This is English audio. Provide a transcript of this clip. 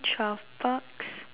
twelve bucks